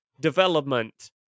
development